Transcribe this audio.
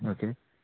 okay